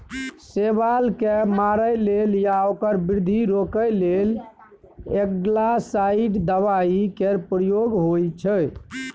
शैबाल केँ मारय लेल या ओकर बृद्धि रोकय लेल एल्गासाइड दबाइ केर प्रयोग होइ छै